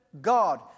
God